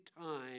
time